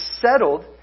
settled